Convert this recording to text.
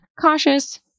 cautious